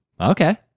Okay